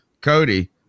Cody